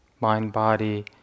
mind-body